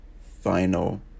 final